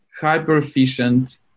hyper-efficient